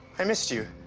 i missed you.